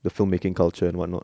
the filmmaking culture and what not